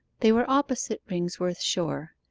they were opposite ringsworth shore.